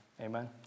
Amen